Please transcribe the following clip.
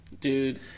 dude